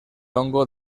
hongo